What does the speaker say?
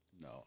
No